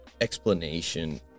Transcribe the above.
explanation